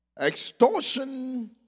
Extortion